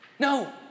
No